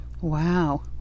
Wow